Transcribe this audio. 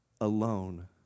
alone